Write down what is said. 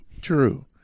True